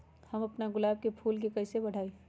हम अपना गुलाब के फूल के कईसे बढ़ाई?